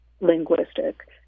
linguistic